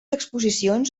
exposicions